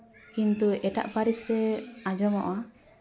ᱠᱤᱱᱛᱩ ᱮᱴᱟᱜ ᱯᱟᱹᱨᱤᱥ ᱨᱮ ᱟᱸᱡᱚᱢᱚᱜᱼᱟ